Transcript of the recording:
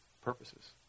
purposes